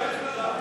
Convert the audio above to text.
תסתכל על עצמך,